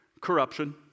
Corruption